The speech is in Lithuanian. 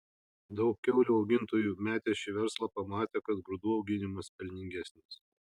daug kiaulių augintojų metė šį verslą pamatę kad grūdų auginimas pelningesnis